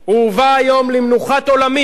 הוא הובא היום למנוחת עולמים,